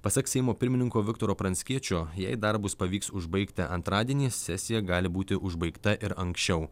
pasak seimo pirmininko viktoro pranckiečio jei darbus pavyks užbaigti antradienį sesija gali būti užbaigta ir anksčiau